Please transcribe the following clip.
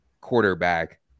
quarterback